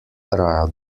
traja